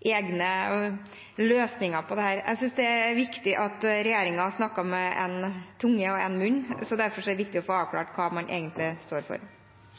egne løsninger på dette? Jeg synes det er viktig at regjeringen snakker med én tunge og én munn. Derfor er det viktig å få avklart hva man egentlig står for.